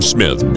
Smith